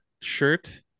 shirt